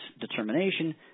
determination